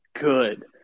good